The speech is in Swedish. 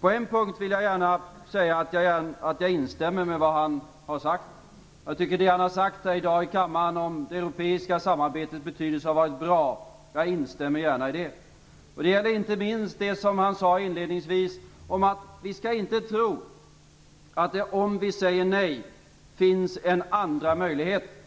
På en punkt instämmer jag med vad Ingvar Carlsson har sagt. Jag tycker att det Ingvar Carlsson har sagt här i kammaren i dag om betydelsen av det europeiska samarbetet är bra. Jag instämmer gärna i det. Det gäller inte minst det han sade inledningsvis om att vi inte skall tro att om vi säger nej till medlemskap i EU att det finns en andra möjlighet.